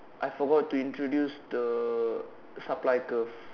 I forgot to introduce the supply tools